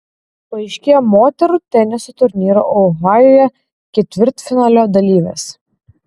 paaiškėjo moterų teniso turnyro ohajuje ketvirtfinalio dalyvės